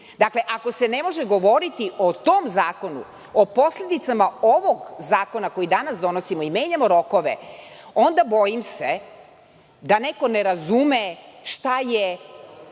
Dakle, ako se ne može govoriti o tom zakonu, o posledicama ovog zakona koji danas donosimo i menjamo rokove, onda bojim se da neko ne razume šta je